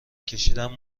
کشیدن